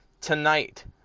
tonight